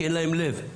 כי אין להם לב.